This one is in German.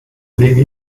lege